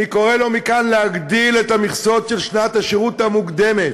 אני קורא לו מכאן להגדיל את המכסות של שנת השירות המוקדמת.